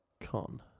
Con